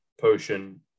potion